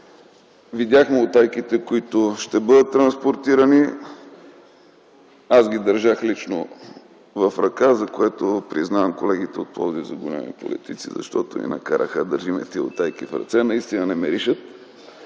Видяхме утайките, които ще бъдат транспортирани. Аз лично ги държах в ръка, за което признавам колегите от Пловдив за големи политици, защото ни накараха да вземем тези утайки в ръце, наистина не миришат,